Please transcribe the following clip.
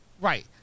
Right